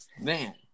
man